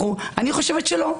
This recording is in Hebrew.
אני חושבת שלא.